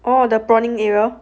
orh the prawning area